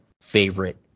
favorite